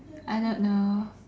I don't know